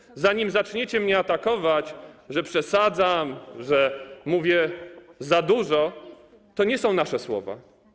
Zanim zaczniecie mnie atakować, że przesadzam, że mówię za dużo, powiem, że to nie są nasze słowa.